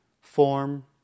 form